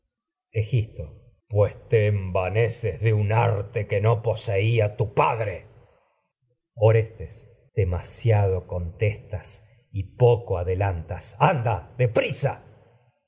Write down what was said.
pues te envaneces de un arte que no po padre elegtea orestes demasiado anda contestas y poco adelantas de